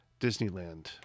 Disneyland